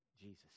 Jesus